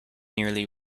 nearly